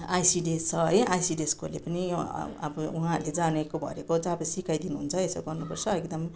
ICDS छ है आइसिडिएसकोहरूले पनि यो अब अब उहाँहरूले जानेको भरेको चाहिँ अब सिकाइदिनु हुन्छ यसो गर्नुपर्छ एकदम